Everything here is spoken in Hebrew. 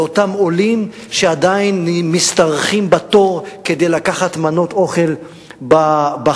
לאותם עולים שעדיין משתרכים בתור כדי לקחת מנות אוכל בחגים,